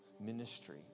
ministry